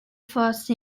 first